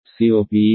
COP ఈ సందర్భంలో3